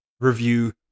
review